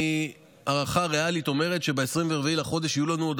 הערכה ריאלית אומרת שב-24 בחודש יהיו לנו עוד